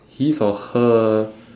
his or her